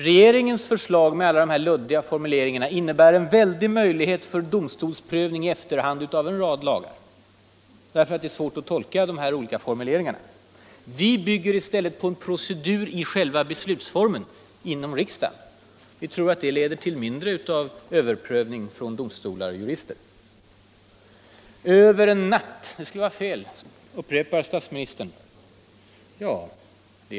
Regeringens förslag med alla luddiga formuleringar innebär en väldig möjlighet för domstolsprövning i efterhand av en rad lagar, därför att det är svårt att tolka de olika formuleringarna. Vi bygger i stället på en procedur i själva beslutsformen inom riksdagen. Vi tror att det leder till mindre av överprövning i efterhand från domstolar och jurister. ”Över en natt” skulle vara fel — statsministern upprepar det.